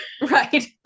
Right